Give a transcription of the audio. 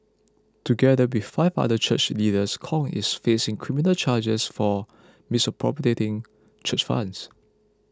together with five other church leaders Kong is facing criminal charges for misappropriating church funds